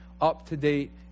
up-to-date